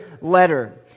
letter